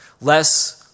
less